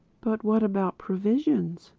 but what about provisions,